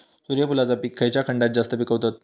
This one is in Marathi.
सूर्यफूलाचा पीक खयच्या खंडात जास्त पिकवतत?